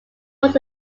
was